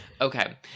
Okay